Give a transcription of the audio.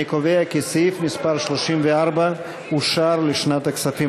אני קובע כי סעיף 34 אושר לשנת הכספים